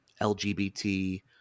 LGBT